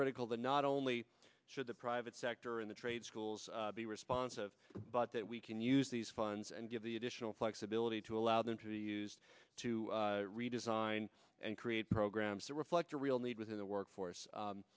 critical to not only should the private sector in the trade schools be responsive but that we can use these funds and give the additional flexibility to allow them to used to redesign and create programs to reflect a real need within the workforce